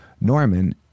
Norman